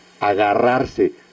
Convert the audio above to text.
agarrarse